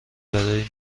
برای